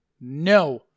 No